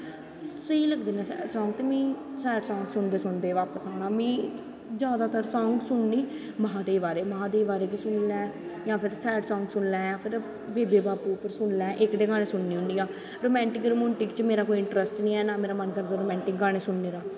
स्हेई लगदे नै सैड सांग ते में सैड सांग सुनदे सुनदे बापस औना में जादातर सांग सुनने महांदेव आह्ले महादेव आह्ले गाने सुनी लै जां फिर सैड सांग सुनी लै जां बेबे बापू पर सुनी लैं एह्कड़े गानें सुननी होन्नी आं रोमैंटक रमुंटिक ना मेरा इंट्रस्ट गै नी ऐ नां गै में रोमैंटिक गानें सुननें